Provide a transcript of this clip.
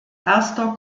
erster